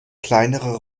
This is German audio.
kleinere